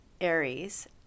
Aries